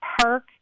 park